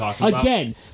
again